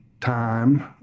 time